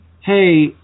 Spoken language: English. hey